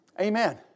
Amen